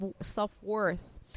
self-worth